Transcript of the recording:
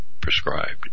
prescribed